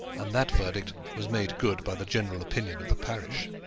and that verdict was made good by the general opinion of the parish.